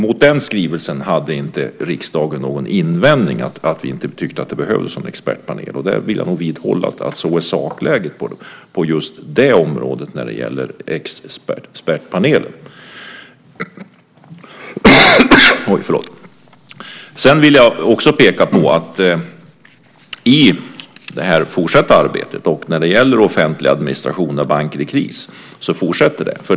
Mot den skrivelsen, där vi sade att vi inte tyckte att det behövdes någon expertpanel, hade inte riksdagen någon invändning. Jag vill nog vidhålla att så är sakläget på just det område som gäller expertpanelen. Sedan vill jag också peka på att arbetet när det gäller offentlig administration av banker i kris fortsätter.